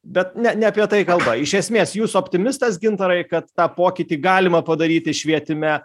bet ne ne apie tai kalba iš esmės jūs optimistas gintarai kad tą pokytį galima padaryti švietime